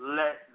let